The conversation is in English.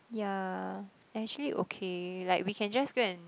ya actually okay like we can just go and